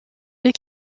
deux